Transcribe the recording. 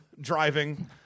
driving